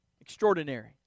Extraordinary